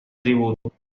tributo